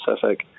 Pacific